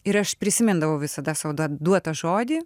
ir aš prisimindavau visada sau duotą žodį